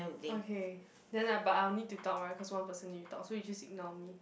okay ya lah but I'll need to talk right cause one person need to talk so you just ignore me